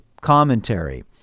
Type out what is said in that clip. commentary